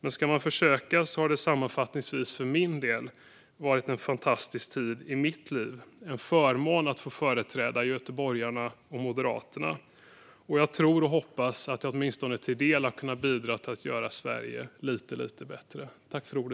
Men om jag ska försöka har det sammanfattningsvis för min del varit en fantastisk tid i mitt liv. Det har varit en förmån att få företräda göteborgarna och Moderaterna. Jag tror och hoppas att jag åtminstone till en del har kunnat bidra till att göra Sverige lite, lite bättre.